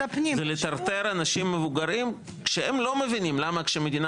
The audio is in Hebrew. זה לטרטר אנשים מבוגרים כשהם לא מבינים למה כשהמדינה